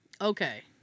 Okay